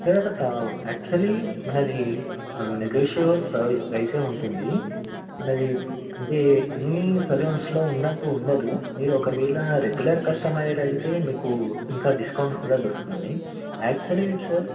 sir actually మనది negotiable ప్రై price ఉంటుంది మనది అంటే అన్నీ సలూన్స్లో ఉన్నట్టు ఉండదు మీరు ఒకవేళ రెగ్యులర్ కస్టమర్ అయితే మీకు ఇంకా డిస్కౌంట్ కూడా దొరుకుతుంది యాక్చువల్లీ సార్